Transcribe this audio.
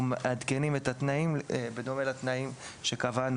אנחנו מעדכנים את התנאים בדומה לתנאים שקבענו